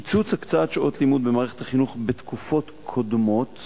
קיצוץ הקצאת שעות לימוד במערכת החינוך בתקופות קודמות